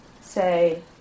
say